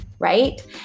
Right